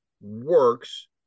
works